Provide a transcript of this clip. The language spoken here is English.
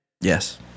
Yes